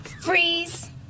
Freeze